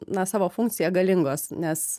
na savo funkciją galingos nes